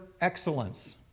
excellence